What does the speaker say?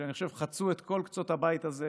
שאני חושב שחצו את כל קצות הבית הזה,